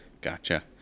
gotcha